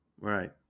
Right